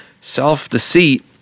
Self-deceit